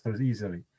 easily